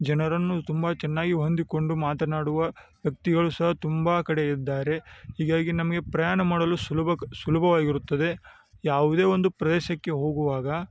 ಜನರನ್ನು ತುಂಬ ಚೆನ್ನಾಗಿ ಹೊಂದಿಕೊಂಡು ಮಾತನಾಡುವ ವ್ಯಕ್ತಿಗಳು ಸಹ ತುಂಬ ಕಡೆ ಇದ್ದಾರೆ ಹೀಗಾಗಿ ನಮಗೆ ಪ್ರಯಾಣ ಮಾಡಲು ಸುಲಭಕ್ ಸುಲಭವಾಗಿರುತ್ತದೆ ಯಾವುದೆ ಒಂದು ಪ್ರದೇಶಕ್ಕೆ ಹೋಗುವಾಗ